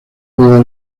juegos